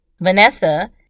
Vanessa